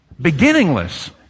Beginningless